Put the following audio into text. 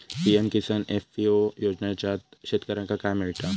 PM Kisan FPO योजनाच्यात शेतकऱ्यांका काय मिळता?